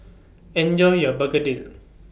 Enjoy your Begedil